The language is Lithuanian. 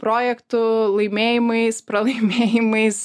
projektų laimėjimais pralaimėjimais